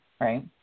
right